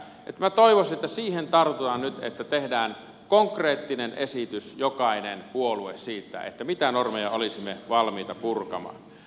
minä toivoisin että siihen tartutaan nyt että tehdään konkreettinen esitys jokainen puolue tekee siitä mitä normeja olisimme valmiita purkamaan